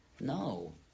No